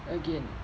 again